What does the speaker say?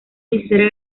necesaria